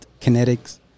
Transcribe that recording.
kinetics